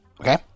Okay